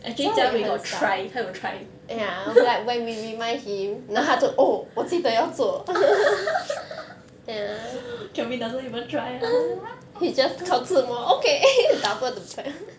actually jia wei got try 他有 try kelvin doesn't even try ah